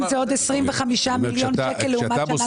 זה עוד 25 מיליון שקל לעומת שנה קודמת.